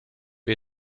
wir